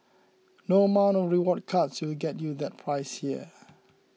no amount of rewards cards will get you that price here